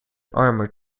armored